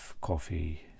coffee